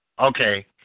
Okay